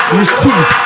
receive